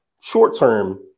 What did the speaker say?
Short-term